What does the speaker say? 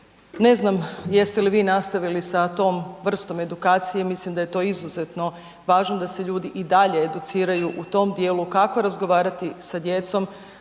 ne znam jeste li vi nastaviti sa tom vrstom edukacije, mislim da je to izuzetno važno da se ljudi i dalje educiraju u tom dijelu kako razgovarati sa djecom,